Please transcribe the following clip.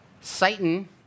Satan